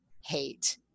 hate